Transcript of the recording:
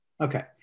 Okay